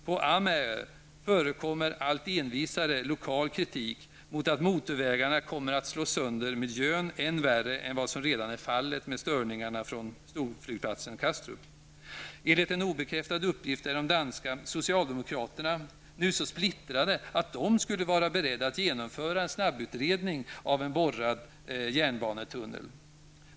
På Amager förekommer allt envisare lokal kritik mot att motorvägarna kommer att slå sönder miljön än värre än vad som redan är fallet med störningarna från storflygplatsen Kastrup. Enligt en obekräftad uppgift är de danska socialdemokraterna nu så splittrade att de skulle vara beredda att genomföra en snabbutredning av en borrad järnbanetunnel.